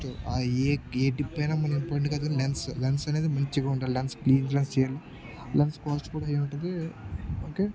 ఆ ఏ టిప్ అయినా మనం ఇంపార్టంట్ కాదు లెన్స్ లెన్స్ అనేది మంచిగా ఉండాలి లెన్స్ క్లీన్ లెన్స్ చేయాలి లెన్స్ కాస్ట్ కూడా ఏ ఉంటుంది ఓకే